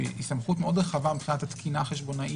שהיא סמכות מאוד רחבה מבחינת התקינה החשבונאית